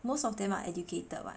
most of them are educated [what]